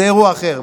זה אירוע אחר.